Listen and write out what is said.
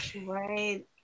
Right